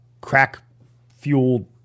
crack-fueled